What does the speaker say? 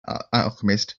alchemist